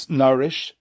nourish